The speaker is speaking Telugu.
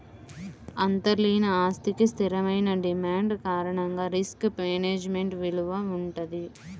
అంతర్లీన ఆస్తికి స్థిరమైన డిమాండ్ కారణంగా రిస్క్ మేనేజ్మెంట్ విలువ వుంటది